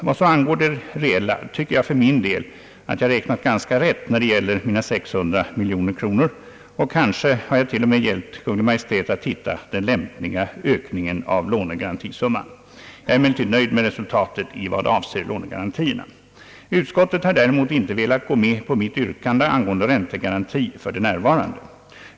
Vad så angår det reella tycker jag för min del att jag har räknat ganska rätt när det gäller mina 600 miljoner kronor. Kanske har jag till och med hjälpt Kungl. Maj:t att hitta den lämpliga ökningen av lånegarantisumman. Jag är emellertid nöjd med resultatet i vad avser lånegarantierna. Utskottet har däremot inte velat gå med på mitt yrkande angående räntegaranti för närvarande.